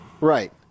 Right